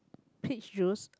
peach juice